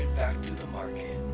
back to the market,